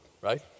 right